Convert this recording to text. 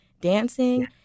dancing